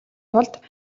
тулд